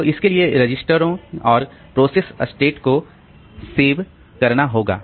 तो इसके लिए रजिस्टरों और प्रोसेस स्टेट को सेव करना होगा